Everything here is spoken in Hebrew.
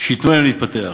שייתנו להם להתפתח.